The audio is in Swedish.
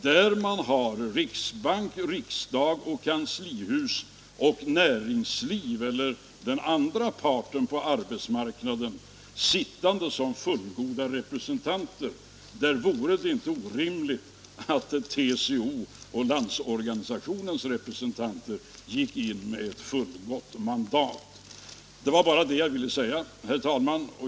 Där riksdagen, riksbanken, kanslihuset och den andra parten på arbetsmarknaden, näringslivet, sitter som fullgoda representanter vore det inte orimligt att också TCO:s och Landsorganisationens representanter fick gå in med ett fullgott mandat. Det var bara detta jag ville säga, herr talman.